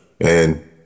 and-